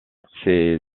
ses